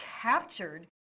captured